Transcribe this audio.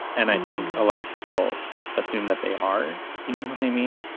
and i think a lot of people assume that they are you know what i mean.